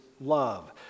love